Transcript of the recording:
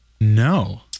No